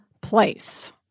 place